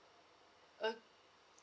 uh